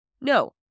No